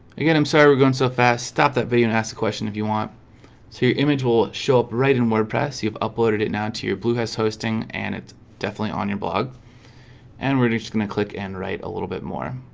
again, i'm sorry we're going so fast stop that video and ask a question if you want so your image will show up right in wordpress you have uploaded it now to your bluehost hosting and it's definitely on your blog and we're just gonna click and write a little bit more